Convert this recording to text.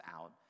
out